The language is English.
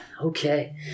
okay